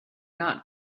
not